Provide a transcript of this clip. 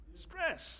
Stress